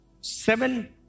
seven